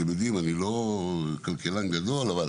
אתם יודעים, אני לא כלכלן גדול, אבל